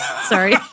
Sorry